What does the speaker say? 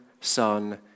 Son